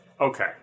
Okay